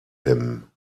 him